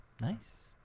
Nice